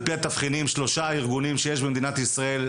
על פי התבחינים שלושה ארגונים שיש במדינת ישראל,